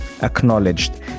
acknowledged